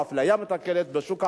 או אפליה מתקנת בשוק העבודה,